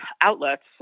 outlets